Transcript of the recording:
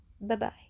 Bye-bye